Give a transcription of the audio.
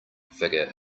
figure